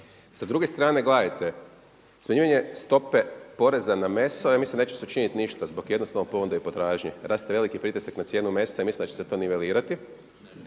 Sa druge strane gledajte, smanjivanje stope poreza na meso, ja mislim neće se učiniti ništa zbog jednostavne ponude i potražnje. Raste veliki pritisak na cijenu mesa i mislim da će se to nivelirati,